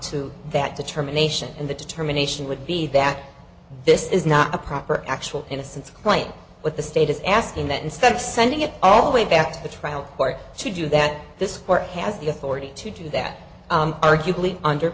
to that determination and the determination would be that this is not a proper actual innocence quite what the state is asking that instead of sending it all the way back to the trial court to do that this court has the authority to do that arguably under